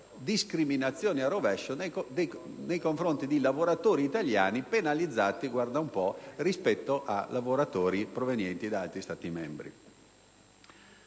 discriminazioni a rovescio nei confronti di lavoratori italiani, penalizzati - guarda un po' - rispetto a lavoratori provenienti da altri Stati membri.